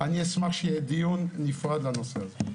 אני אשמח שיהיה דיון נפרד בנושא הזה.